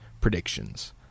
predictions